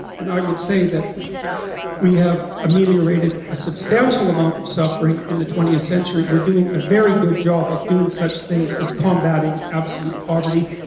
and i would say that we have ameliorated a substantial amount of suffering in the twentieth century, we're doing a very good job of doing such things as combating absolute poverty,